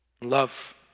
Love